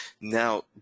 Now